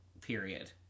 period